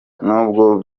nubwo